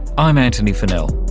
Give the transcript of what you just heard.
i'm antony funnell